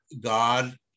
God